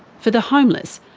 for the homeless,